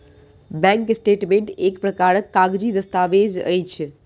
bank statement एक प्रकारक कागजी दस्तावेज अछि